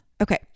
Okay